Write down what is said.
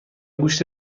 گوشت